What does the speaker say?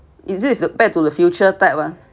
is it the back to the future type ah